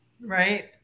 Right